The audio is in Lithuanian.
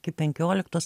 iki penkioliktos